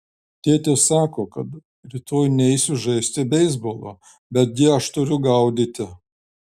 tėtis sako kad rytoj neisiu žaisti beisbolo betgi aš turiu gaudyti